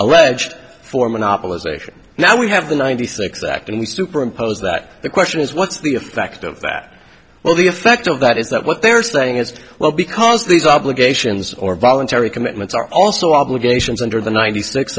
alleged for monopolization now we have the ninety six act and we superimpose that the question is what's the effect of that well the effect of that is that what they're saying as well because these obligations or voluntary commitments are also obligations under the ninety six